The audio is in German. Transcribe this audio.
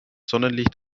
sonnenlicht